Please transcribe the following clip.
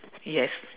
yes